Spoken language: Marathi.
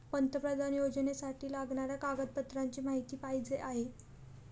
पंतप्रधान योजनेसाठी लागणाऱ्या कागदपत्रांची माहिती पाहिजे आहे